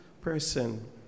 person